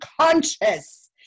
conscious